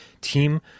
team